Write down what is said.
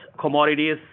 commodities